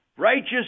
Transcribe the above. Righteous